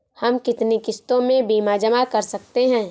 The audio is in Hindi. हम कितनी किश्तों में बीमा जमा कर सकते हैं?